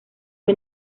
fue